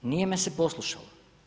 Nije me se poslušalo.